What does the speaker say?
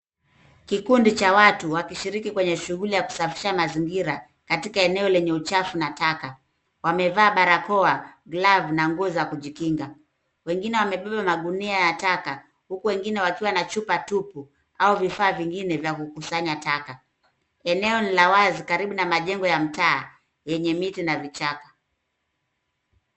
Kikundi cha watu wakishiriki kwenye shughuli ya kusafisha mazingira, katika eneo lenye uchafu na taka. Wamevaa barakoa, glavu, na nguo za kujikinga. Wengine wamebeba magunia ya taka, huku wengine wakiwa na chupa tupu au vifaa vingine vya kukusanya taka. Eneo ni la wazi karibu na majengo ya mtaa, yenye miti na vichaka.